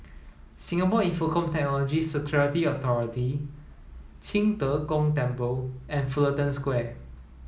Singapore Infocomm Technology Security Authority Qing De Gong Temple and Fullerton Square